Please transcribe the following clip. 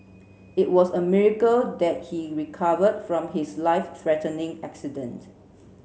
it was a miracle that he recovered from his life threatening accident